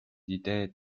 ideed